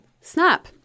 Snap